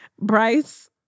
Bryce